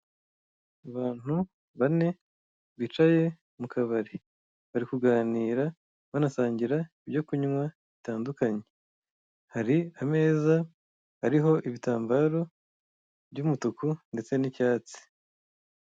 Abantu bane bicaye mu kabari bari kuganira banasangira ibyo kunywa hari ameza ariho ibitambaro by'umutuku ndetse n'icyatsi.